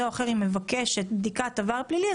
או אחר היא מבקשת בדיקת עבר פלילי,